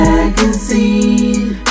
Magazine